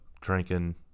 drinking